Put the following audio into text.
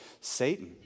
Satan